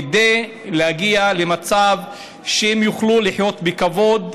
כדי להגיע למצב שהם יוכלו לחיות בכבוד,